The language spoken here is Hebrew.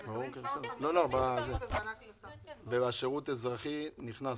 הם מקבלים 750 שקלים --- והשירות האזרחי נכנס פה?